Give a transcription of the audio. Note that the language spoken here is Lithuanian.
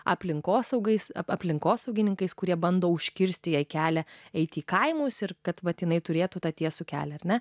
aplinkosaugą aplinkosaugininkais kurie bando užkirsti jai kelią eiti į kaimus ir kad vat jinai turėtų tą tiesų kelią ar ne